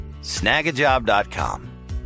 snagajob.com